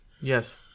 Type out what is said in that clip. Yes